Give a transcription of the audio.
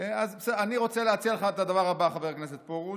אני רוצה להציע לך את הדבר הבא, חבר הכנסת פרוש,